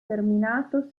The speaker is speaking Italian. terminato